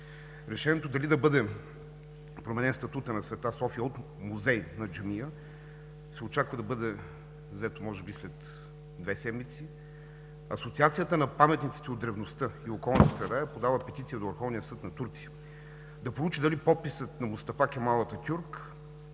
Решението дали да бъде променен статутът на „Св. София“ от музей на джамия се очаква да бъде взето може би след две седмици. Асоциацията на паметниците от древността и околната среда е подала петиция до Върховния съд на Турция да проучи дали подписът на Мустафа Кемал Ататюрк